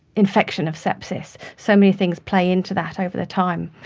infection, of sepsis? so many things play into that over the time,